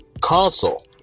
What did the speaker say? console